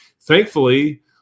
Thankfully